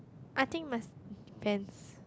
I think must depends